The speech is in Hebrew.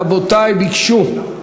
רבותי, ביקשו,